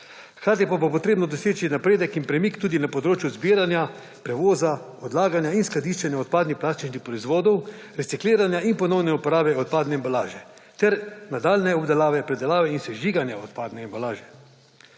Hkrati pa bo potrebno doseči napredek in premik tudi na področju zbiranja, prevoza, odlaganja in skladiščenja odpadnih plastičnih proizvodov, recikliranja in ponovne uporabe odpadne embalaže ter nadaljnje obdelave, predelave in sežiganja odpadne embalaže.